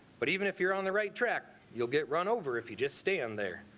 but even if you're on the right track, you'll get run over if you just stand there.